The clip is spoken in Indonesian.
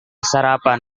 sarapan